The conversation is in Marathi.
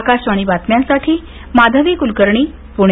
आकाशवाणी बातम्यांसाठी माधवी कुलकर्णी पुणे